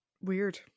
weird